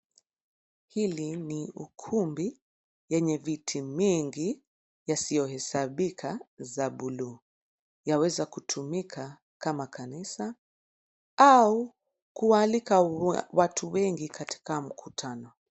Hili ni ukumbi yenye viti mingi yasiyohesabika za buluu. Yaweza kutumika kama kanisa au kualika watu wengi katika mkutano.